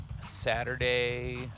Saturday